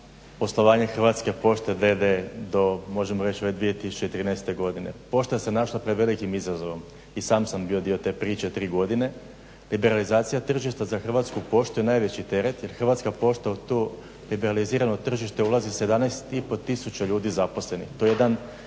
poslovanje Hrvatske pošte d.d. to možemo reći do 2013.godine, pošta se našla pred velikim izazovom i sam sam bio dio te priče tri godine. liberalizacija tržišta za Hrvatsku poštu je najveći teret jer Hrvatska pošta u to liberalizirano tržište ulazi sa 11,5 tisuća ljudi zaposlenih.